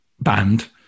band